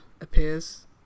appears